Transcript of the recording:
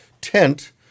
tent